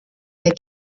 der